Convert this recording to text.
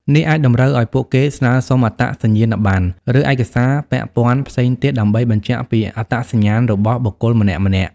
នេះអាចតម្រូវឲ្យពួកគេស្នើសុំអត្តសញ្ញាណប័ណ្ណ ឬឯកសារពាក់ព័ន្ធផ្សេងទៀត ដើម្បីបញ្ជាក់ពីអត្តសញ្ញាណរបស់បុគ្គលម្នាក់ៗ។